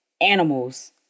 animals